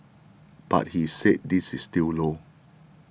but he said this is still low